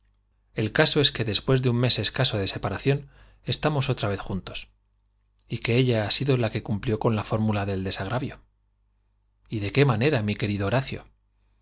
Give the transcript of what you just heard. el caso es que después de un mes escaso de sepa ración estamos otra vez juntos y que ella ha sido la que cumplió con la fórmula del desagravio i y ele qué manera mi querido horacio